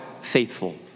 faithful